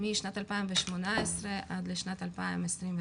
משנת 2018 עד לשנת 2021,